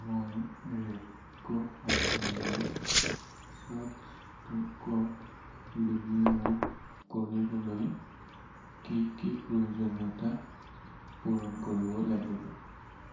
মই ৰেপ্ক' ফাইনেন্সঅত ষ্টকত বিনিয়োগ কৰিবলৈ কি কি প্ৰয়োজনীয়তা পূৰণ কৰিব লাগিব